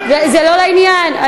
זה לא לעניין.